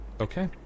Okay